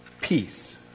Peace